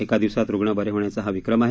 एका दिवसात रुग्ण बरे होण्याचा हा विक्रम आहे